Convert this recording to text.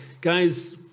Guys